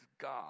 God